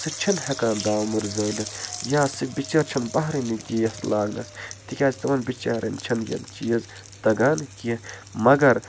سٔہ چھِنہٕ ہٮ۪کان دٲمٛبُر زٲلِتھ یا سٔہ بِچٲر چھِنہٕ بَہرٲنی گیس لاگٕنَس تِکیٛازِ تِمَن بِچٲرٮ۪ن چھِنہٕ یِم چیٖز تَگان کیٚنہہ مگر